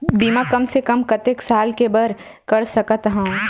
बीमा कम से कम कतेक साल के बर कर सकत हव?